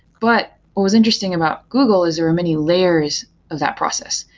but what was interesting about google is there are many layers of that process.